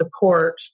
support